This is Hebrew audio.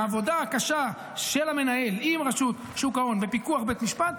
העבודה הקשה של המנהל עם רשות שוק ההון בפיקוח בית המשפט,